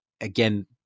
again